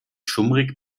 schummrig